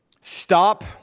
Stop